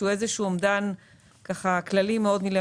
שהוא איזשהו אומדן כללי מאוד.